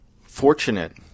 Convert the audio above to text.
fortunate